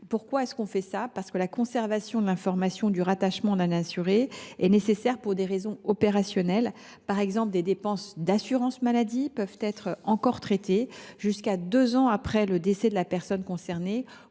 Pourquoi en est il ainsi ? La conservation de l’information du rattachement d’un assuré est nécessaire pour des raisons opérationnelles. Par exemple, des dépenses d’assurance maladie peuvent être traitées jusqu’à deux ans après le décès de la personne concernée